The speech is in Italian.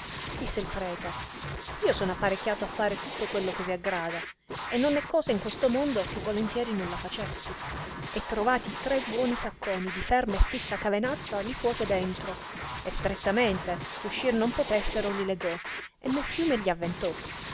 disse il prete io son apparecchiato a fare tutto quello che vi aggrada e non è cosa in questo mondo che volontieri non la facessi e trovati tre buoni sacconi di ferma e fissa canevazza li puose dentro e strettamente che uscir non potessero li legò e nel fiume gli avventò